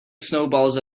snowballs